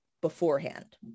beforehand